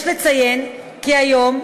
יש לציין כי היום,